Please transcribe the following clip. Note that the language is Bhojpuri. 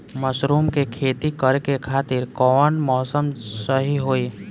मशरूम के खेती करेके खातिर कवन मौसम सही होई?